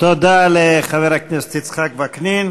תודה לחבר הכנסת יצחק וקנין.